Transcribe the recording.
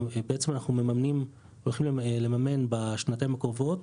בעצם אנחנו הולכים לממן בשנתיים הקרובות